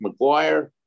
McGuire